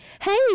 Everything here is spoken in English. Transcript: hey